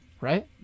Right